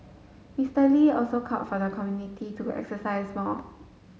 Mister Lee also called for the community to exercise more